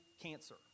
cancer